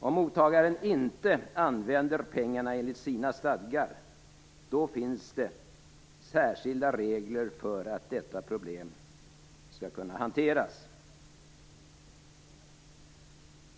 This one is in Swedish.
Om mottagaren inte använder pengarna enligt sina stadgar finns särskilda regler för att detta problem skall kunna hanteras.